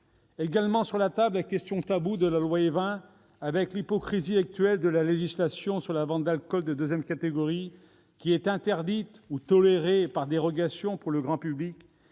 également sur la table, avec l'hypocrisie actuelle de la législation sur la vente d'alcool de deuxième catégorie, qui est interdite ou tolérée par dérogation pour le grand public,